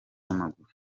w’amaguru